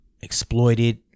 exploited